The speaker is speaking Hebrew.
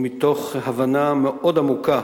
ומתוך הבנה מאוד עמוקה